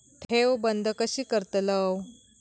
ठेव बंद कशी करतलव?